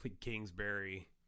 kingsbury